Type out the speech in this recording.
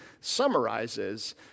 summarizes